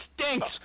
stinks